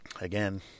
again